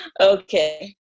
Okay